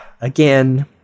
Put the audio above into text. again